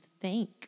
thank